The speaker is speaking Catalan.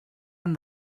han